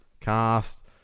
cast